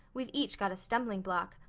we've each got a stumbling block.